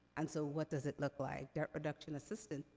and so what does it look like? debt reduction assistance,